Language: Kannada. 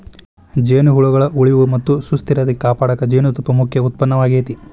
ಜೇನುಹುಳಗಳ ಉಳಿವು ಮತ್ತ ಸುಸ್ಥಿರತೆ ಕಾಪಾಡಕ ಜೇನುತುಪ್ಪ ಮುಖ್ಯ ಉತ್ಪನ್ನವಾಗೇತಿ